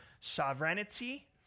sovereignty